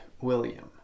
William